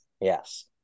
Yes